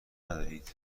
ندارید